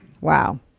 Wow